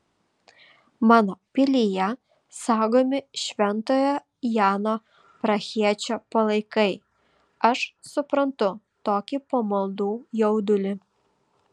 mano pilyje saugomi šventojo jano prahiečio palaikai aš suprantu tokį pamaldų jaudulį